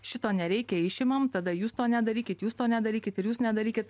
šito nereikia išimam tada jūs to nedarykit jūs to nedarykit ir jūs nedarykit